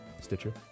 Stitcher